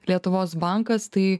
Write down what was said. lietuvos bankas tai